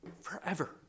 forever